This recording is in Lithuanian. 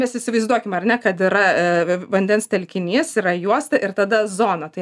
mes įsivaizduokim ar ne kad yra vandens telkinys yra juosta ir tada zona tai